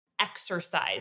exercise